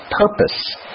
purpose